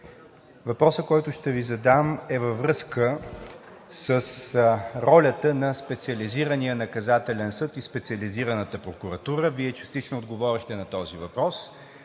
въпросът, който ще Ви задам, е във връзка с ролята на Специализирания наказателен съд и Специализираната прокуратура. Вие частично отговорихте на този въпрос,